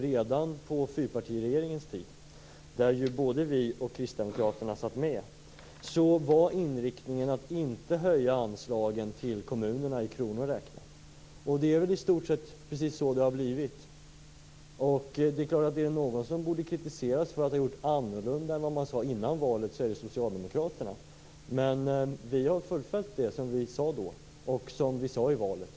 Redan på fyrpartiregeringens tid, då både vi och kristdemokraterna satt med i regeringen, var inriktningen att inte höja anslagen i kronor räknat till kommunerna. Det är väl också i stort sett så det har blivit. Är det några som borde kritiseras för att ha gjort annorlunda än vad man innan valet sade att man skulle göra så är det socialdemokraterna. Vi har fullföljt det vi sade då och inför valet.